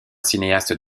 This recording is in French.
cinéaste